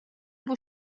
بوی